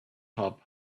hub